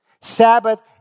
Sabbath